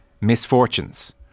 misfortunes